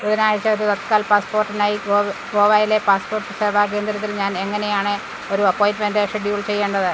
ബുധനാഴ്ച ഒരു തത്കാൽ പാസ്പോർട്ടിനായി ഗോ ഗോവയിലെ പാസ്പോർട്ട് സേവാ കേന്ദ്രത്തിൽ ഞാൻ എങ്ങനെയാണ് ഒരു അപ്പോയിൻ്റ്മെൻ്റ് ഷെഡ്യൂൾ ചെയ്യേണ്ടത്